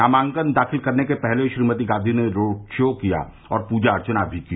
नामांकन दाखिल करने से पहले श्रीमती गांधी ने रोड शो किया और पूजा अर्चना भी की